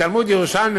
בתלמוד ירושלמי,